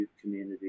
community